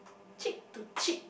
chick to chick